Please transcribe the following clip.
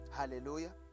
Hallelujah